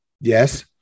Yes